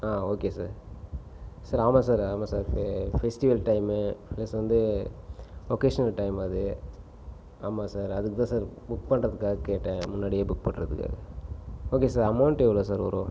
ஆ okay sir sir ஆமாம் sir ஆமாம் sir festival time plus வந்து ஒக்கேஸ்னல் டைம் அது ஆமாம் சார் அதுக்குதான் சார் புக் பண்றதுக்காக கேட்டேன் முன்னாடியே புக் பண்ணுறதுக்கு ஓகே சார் அமௌன்ட் எவ்வளோ சார் வரும்